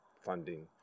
funding